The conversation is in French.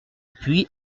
puy